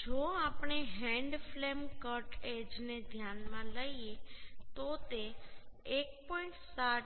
જો આપણે hand flame cut edge ને ધ્યાનમાં લઈએ તો તે 1